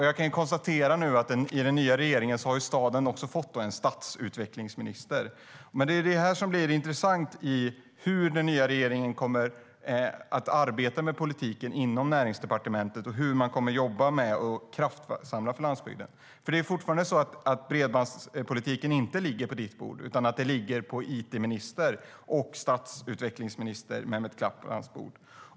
Jag kan konstatera att i den nya regeringen har staden fått en stadsutvecklingsminister. Det intressanta blir hur den nya regeringen kommer att arbeta med politiken inom Näringsdepartementet och hur man kommer att jobba med frågor om att kraftsamla för landsbygden. Bredbandspolitiken ligger fortfarande inte på statsrådets bord utan på it och stadsutvecklingsminister Mehmet Kaplans bord.